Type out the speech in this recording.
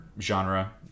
genre